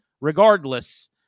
regardless